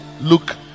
look